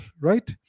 right